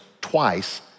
twice